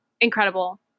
incredible